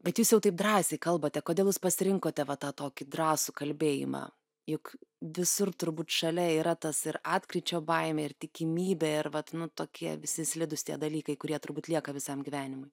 bet jūs jau taip drąsiai kalbate kodėl jūs pasirinkote va tą tokį drąsų kalbėjimą juk visur turbūt šalia yra tas ir atkryčio baimė ir tikimybė ir vat nu tokie visi slidūs tie dalykai kurie turbūt lieka visam gyvenimui